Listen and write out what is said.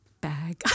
bag